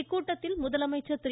இக்கூட்டத்தில் முதலமைச்சர் திரு